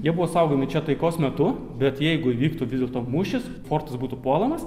jie buvo saugomi čia taikos metu bet jeigu įvyktų vis dėlto mūšis fortas būtų puolamas